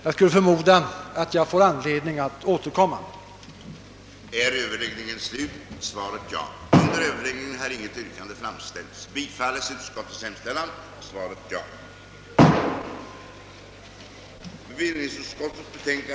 Jag förmodar att jag får anledning att återkomma till denna fråga.